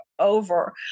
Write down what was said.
Over